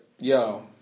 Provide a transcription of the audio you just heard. Yo